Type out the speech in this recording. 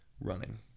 running